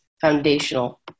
Foundational